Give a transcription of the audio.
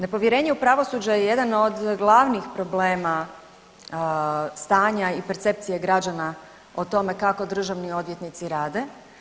Nepovjerenje u pravosuđe je jedan od glavnih problema stanja i percepcije građana o tome kako državni odvjetnici rade.